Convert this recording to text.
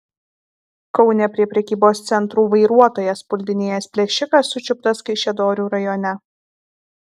kaune prie prekybos centrų vairuotojas puldinėjęs plėšikas sučiuptas kaišiadorių rajone